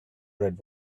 red